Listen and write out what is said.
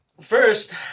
first